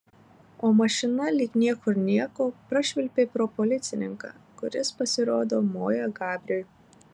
o mašina lyg niekur nieko prašvilpė pro policininką kuris pasirodo moja gabriui